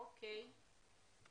אוקיי.